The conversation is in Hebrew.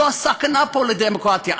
זו הסכנה פה לדמוקרטיה.